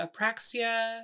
apraxia